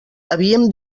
havíem